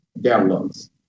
downloads